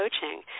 coaching